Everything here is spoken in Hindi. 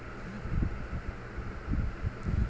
यह अनाज के संदर्भ में प्रयोग किया जाने वाला शब्द है